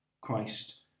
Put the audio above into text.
Christ